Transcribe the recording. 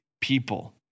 people